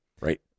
right